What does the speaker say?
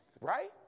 right